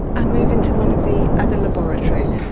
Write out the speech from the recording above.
and move into one of the other laboratories.